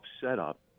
setup